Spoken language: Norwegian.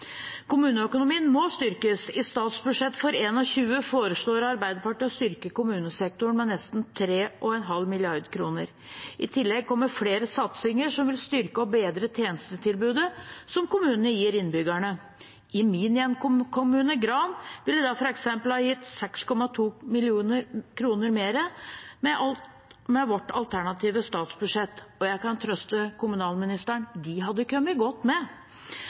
Kommuneøkonomien må styrkes. I statsbudsjettet for 2021 foreslår Arbeiderpartiet å styrke kommunesektoren med nesten 3,5 mrd. kr. I tillegg kommer flere satsinger som vil styrke og bedre tjenestetilbudet som kommunene gir innbyggerne. I min hjemkommune, Gran, ville det f.eks. gitt 6,2 mill. kr mer med vårt alternative statsbudsjett. Jeg kan trøste kommunalministeren med at de hadde kommet godt med.